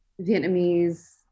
Vietnamese